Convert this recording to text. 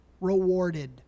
rewarded